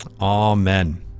Amen